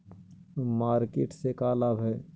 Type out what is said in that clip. Market से का लाभ है?